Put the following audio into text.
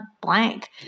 blank